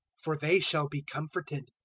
for they shall be comforted.